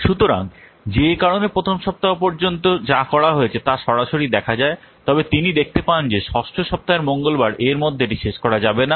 সুতরাং যে কারণে প্রথম সপ্তাহ পর্যন্ত যা করা হয়েছে তা সরাসরি দেখা যায় তবে তিনি দেখতে পান যে ষষ্ঠ সপ্তাহের মঙ্গলবার এর মধ্যে এটি শেষ করা যাবে না